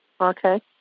Okay